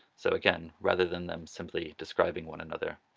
so again, rather than them simply describing one another,